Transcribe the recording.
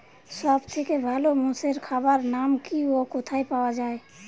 সব থেকে ভালো মোষের খাবার নাম কি ও কোথায় পাওয়া যায়?